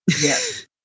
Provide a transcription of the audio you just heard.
Yes